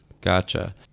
gotcha